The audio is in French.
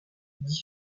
dit